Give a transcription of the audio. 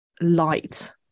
light